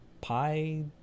Pi